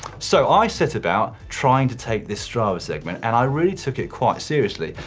so i set about trying to take this strava segment, and i really took it quite seriously.